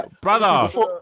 Brother